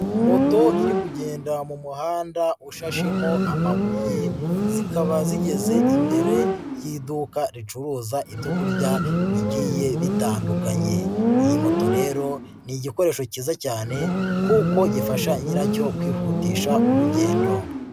Moto iri kugenda mu muhanda ushashemo amabuye, zikaba zigeze imbere y'iduka ricuruza ibyo kurya bigiye bitandukanye, iyi moto rero ni igikoresho kiza cyane kuko gifasha nyiracyo kwihutisha urugendo.